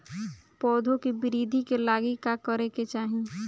पौधों की वृद्धि के लागी का करे के चाहीं?